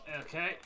okay